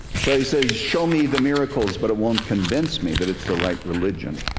so he says, show me the miracles, but it won't convince me that it's the right religion.